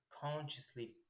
consciously